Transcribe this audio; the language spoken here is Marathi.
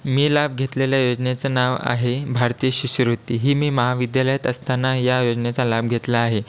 मी लाभ घेतलेल्या योजनेचं नाव आहे भारतीय शिष्यवृती ही मी महाविद्यालयात असताना या योजनेचा लाभ घेतला आहे